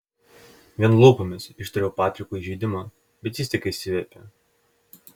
vien lūpomis ištariau patrikui įžeidimą bet jis tik išsiviepė